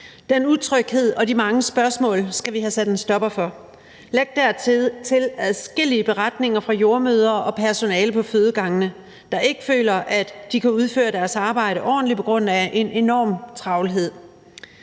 Den utryghed og de mange spørgsmål skal vi have sat en stopper for. Læg dertil adskillige beretninger fra jordemødre og personale på fødegangene, der ikke føler, at de kan udføre deres arbejde ordentligt på grund af en enorm travlhed.